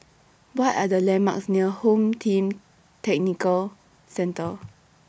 What Are The landmarks near Home Team Tactical Centre